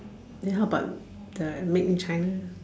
then how about the made in China